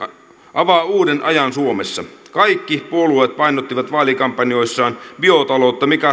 avaa uuden ajan suomessa kaikki puolueet painottivat vaalikampanjoissaan biotaloutta mikä